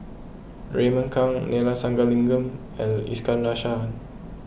Raymond Kang Neila Sathyalingam and Iskandar Shah